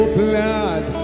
blood